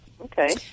Okay